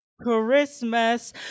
Christmas